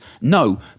No